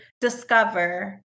discover